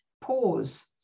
pause